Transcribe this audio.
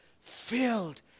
filled